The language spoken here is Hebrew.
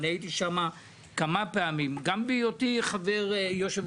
אני הייתי שם כמה פעמים גם בהיותי יושב-ראש